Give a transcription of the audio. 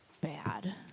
bad